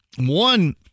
One